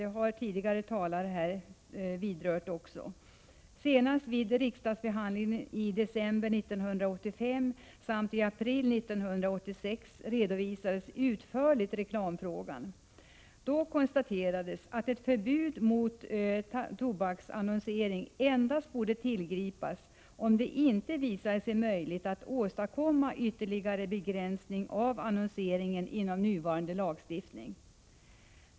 Det har också tidigare talare vidrört. Senast vid riksdagsbehandlingen i december 1985 samt i april 1986 redovisades reklamfrågan utförligt. Det konstaterades då att ett förbud mot tobaksannonsering endast borde tillgripas om det inte visade sig möjligt att inom nuvarande lagstiftning åstadkomma ytterligare begränsning av annonseringen.